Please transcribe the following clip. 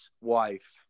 wife